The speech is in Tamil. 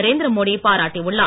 நரேந்திர மோடி பாராட்டியுள்ளார்